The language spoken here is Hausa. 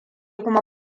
kuma